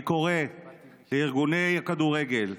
אני קורא לארגוני הכדורגל,